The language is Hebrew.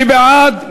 מי בעד?